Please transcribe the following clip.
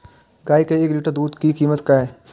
गाय के एक लीटर दूध के कीमत की हय?